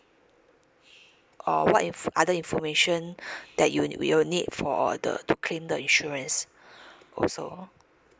or what inf~ other information that you you will need for the to claim the insurance also